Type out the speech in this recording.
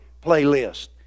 playlist